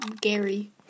Gary